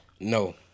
No